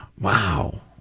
wow